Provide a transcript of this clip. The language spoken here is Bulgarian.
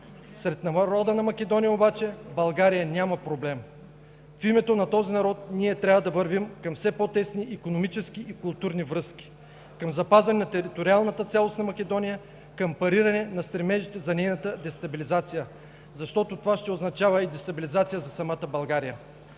Сред народа на Македония обаче България няма проблем. В името на този народ ние трябва да вървим към все по-тесни икономически и културни връзки, към запазване на териториалната цялост на Македония, към париране на стремежите на нейната дестабилизация, защото това ще означава и дестабилизация за самата България,